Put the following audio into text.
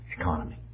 economy